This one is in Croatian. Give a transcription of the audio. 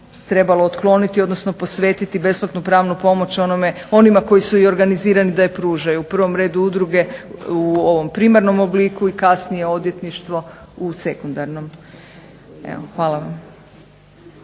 trebalo otkloniti, odnosno posvetiti besplatnu pravnu pomoć onima koji su i organizirani da je pružaju. U prvom redu udruge u ovom primarnom obliku i kasnije odvjetništvo u sekundarnom. Hvala vam.